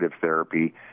therapy